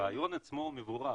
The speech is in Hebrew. הרעיון עצמו הוא מבורך,